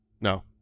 No